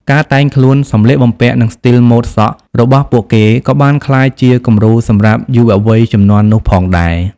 ការតែងខ្លួន សម្លៀកបំពាក់ និងស្ទីលម៉ូដសក់របស់ពួកគេក៏បានក្លាយជាគំរូសម្រាប់យុវវ័យជំនាន់នោះផងដែរ។